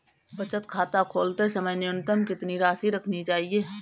बचत खाता खोलते समय न्यूनतम कितनी राशि रखनी चाहिए?